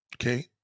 Okay